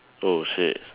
oh shit